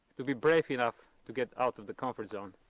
to be brave enough to get out of the comfort zone.